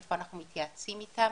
איפה אנחנו מתייעצים איתם,